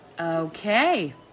Okay